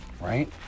Right